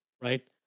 right